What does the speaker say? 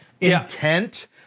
intent